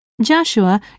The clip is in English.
Joshua